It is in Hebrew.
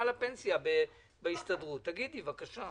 הוא לא חייב למשוך, הוא יכול לקחת הלוואה.